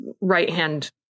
right-hand